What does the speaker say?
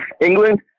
England